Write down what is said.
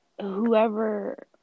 whoever